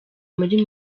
muri